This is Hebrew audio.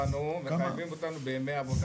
מחייבים אותנו בימי עבודה